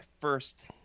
first